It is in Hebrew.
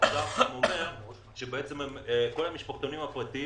האוצר אומר שכל המשפחתונים הפרטיים